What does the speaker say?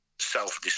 Self